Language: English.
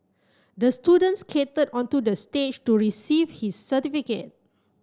the student skated onto the stage to receive his certificate